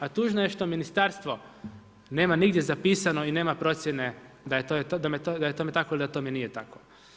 A tužno je što ministarstvo nema nigdje zapisano i nema procjene da je to tako ili da tome nije tako.